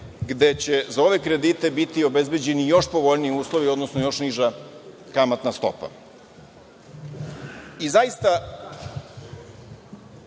gde će za ove kredite biti obezbeđeni još povoljniji uslovi, odnosno još niža kamatna stopa. Zaista,